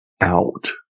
out